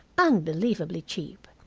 unbelievably cheap.